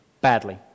badly